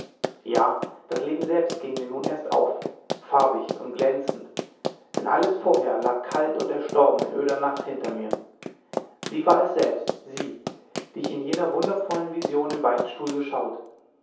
ja das leben selbst ging mir nun erst auf farbicht und glänzend denn alles vorher lag kalt und erstorben in öder nacht hinter mir sie war es selbst sie die ich in jener wundervollen vision im beichtstuhl geschaut